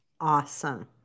Awesome